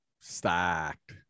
stacked